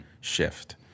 shift